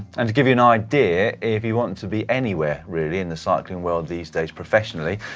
and to give you an idea, if you want to be anywhere, really, in the cycling world these days, professionally,